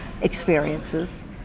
experiences